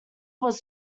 was